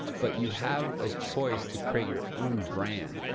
but you have a choice to create your own brand.